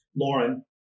Lauren